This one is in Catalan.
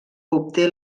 obté